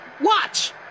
Watch